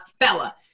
fella